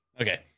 Okay